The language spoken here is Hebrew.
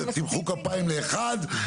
תמחאו כפיים לאחד,